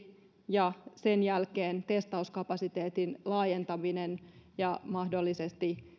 ja sen jälkeen testauskapasiteetin laajentaminen ja mahdollisesti